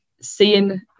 seeing